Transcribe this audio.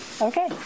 Okay